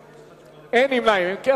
כן,